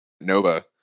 Nova